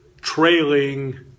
trailing